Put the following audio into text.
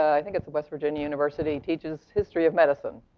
i think it's a west virginia university, teaches history of medicine,